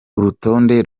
urutonde